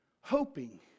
hoping